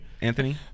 Anthony